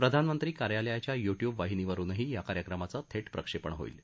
प्रधानमंत्री कार्यालयाच्या युट्यूब वाहिनीवरुनही या कार्यक्रमाचं थट्टप्रक्षप्रणि होईल